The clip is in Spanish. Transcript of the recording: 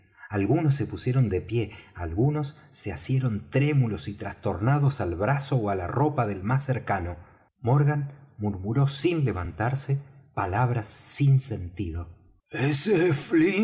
algunos se pusieron de pie algunos se asieron trémulos y trastornados al brazo ó á la ropa del más cercano morgan murmuró sin levantarse palabras sin sentido